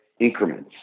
increments